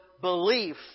belief